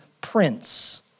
prince